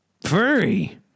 furry